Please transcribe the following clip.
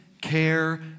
care